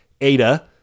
ADA